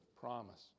promise